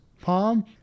palm